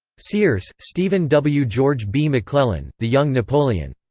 sears, stephen w. george b. mcclellan the young napoleon.